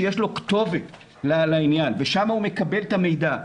שיש לו כתובת לעניין ושם הוא מקבל את המידע.